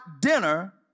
dinner